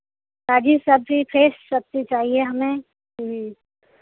ताजी सब्ज़ी फ्रेस सब्ज़ी चाहिए हमें